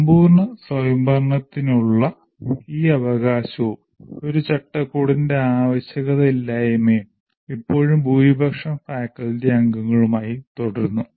സമ്പൂർണ്ണ സ്വയംഭരണത്തിനുള്ള ഈ അവകാശവും ഒരു ചട്ടക്കൂടിന്റെ ആവശ്യകത ഇല്ലായ്മയും ഇപ്പോഴും ഭൂരിപക്ഷം ഫാക്കൽറ്റി അംഗങ്ങളുമായി തുടരുന്നു